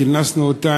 כינסנו אותה,